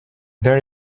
there